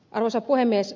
arvoisa puhemies